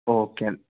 okay